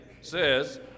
says